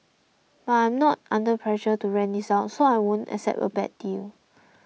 but I'm not under pressure to rent this out so I won't accept a bad deal